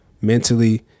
Mentally